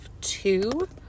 two